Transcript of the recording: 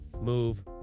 move